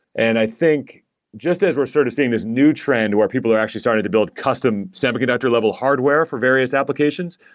and i think just as we're sort of seeing this new trend where people are actually starting to build custom semiconductor level hardware for various applications,